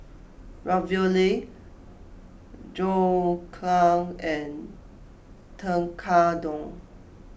Ravioli Dhokla and Tekkadon